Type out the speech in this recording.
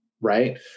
right